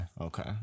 Okay